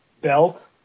belt